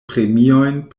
premiojn